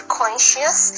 conscious